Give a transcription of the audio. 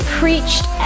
preached